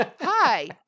Hi